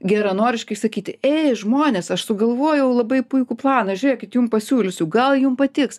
geranoriškai sakyti ei žmonės aš sugalvojau labai puikų planą žiūrėkit jum pasiūlysiu gal jum patiks